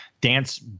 dance